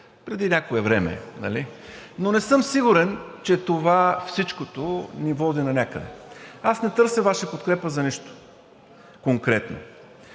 преди някое време, но не съм сигурен, че това всичко ни води нанякъде. Аз не търся Ваша подкрепа за нищо конкретно,